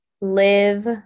live